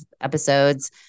episodes